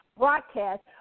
broadcast